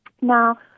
Now